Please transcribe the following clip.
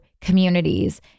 communities